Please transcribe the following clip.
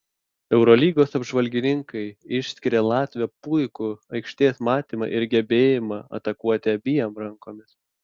eurolygos apžvalgininkai išskiria latvio puikų aikštės matymą ir gebėjimą atakuoti abiem rankomis